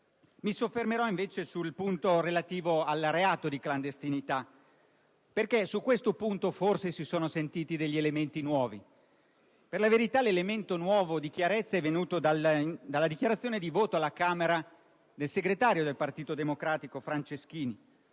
Mi soffermerò, invece, sul punto relativo al reato di clandestinità, sul quale forse si sono sentiti elementi nuovi. Per la verità, il nuovo elemento di chiarezza è venuto dalla dichiarazione di voto svolta alla Camera dal segretario del Partito Democratico Franceschini,